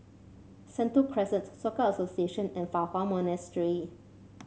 Sentul Crescent Soka Association and Fa Hua Monastery